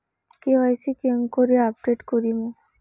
KYC কেঙ্গকরি update করিম?